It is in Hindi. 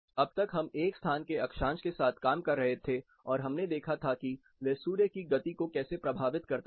अब तक हम एक स्थान के अक्षांश के साथ काम कर रहे थे और हमने देखा था कि वह सूर्य की गति को कैसे प्रभावित करता है